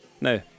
No